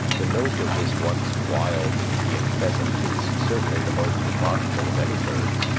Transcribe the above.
the note of this once wild indian pheasant is certainly the most remarkable of any bird's,